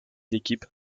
équipes